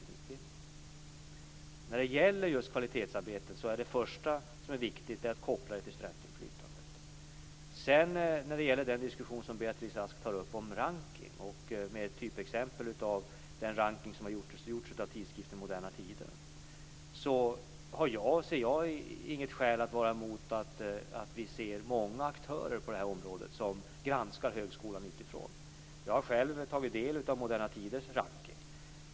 Det första som är viktigt när det gäller just kvalitetsarbetet är att koppla detta till studentinflytandet. När det gäller den diskussion som Beatrice Ask har om rankning, med typexempel i den rankning som gjorts av tidskriften Moderna Tider, ser jag inget skäl att vara emot att vi har många aktörer på det här området som granskar högskolan utifrån. Jag har själv tagit del av Moderna Tiders rankning.